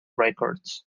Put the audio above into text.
records